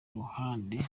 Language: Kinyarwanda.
ruhande